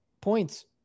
Points